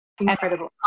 Incredible